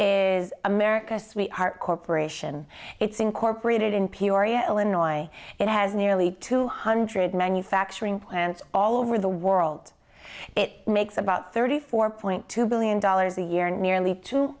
is america's sweetheart corporation it's incorporated in peoria illinois it has nearly two hundred manufacturing plants all over the world it makes about thirty four point two billion dollars a year nearly two